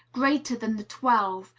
greater than the twelve,